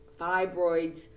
fibroids